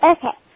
Okay